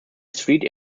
street